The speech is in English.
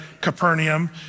Capernaum